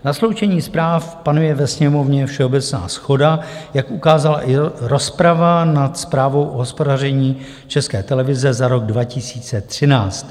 Na sloučení zpráv panuje ve Sněmovně všeobecná shoda, jak ukázala i rozprava nad Zprávou o hospodaření České televize za rok 2013.